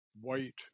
white